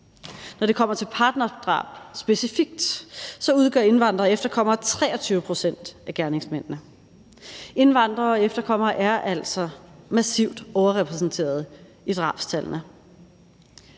Når det kommer til partnerdrab specifikt, udgør indvandrere og efterkommere 23 pct. af gerningsmændene. Indvandrere og efterkommere er altså massivt overrepræsenteret i drabstallene.